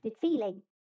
feeling